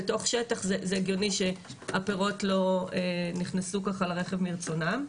בתוך שטח זה הגיוני שהפירות לא נכנסו ככה לרכב מרצונם.